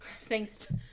Thanks